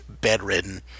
bedridden